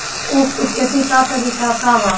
उख के खेती का तरीका का बा?